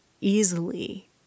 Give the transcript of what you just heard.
easily